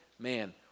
Man